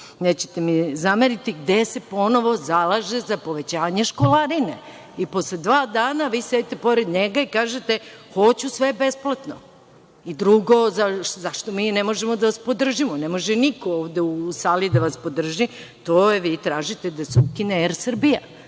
nećete mi zameriti, gde se ponovo zalaže za povećanje školarine i posle dva dana vi sedite pored njega i kažete – hoću sve besplatno. Drugo, zašto mi ne možemo da vas podržimo, ne može niko ovde u sali da vas podrži, zato jer vi tražite da se ukine „Er Srbija“,